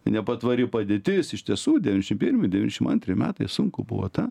nepatvari padėtis iš tiesų devyniasdešim pirmi devyniasdešim antri metai sunku buvo ta